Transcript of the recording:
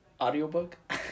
audiobook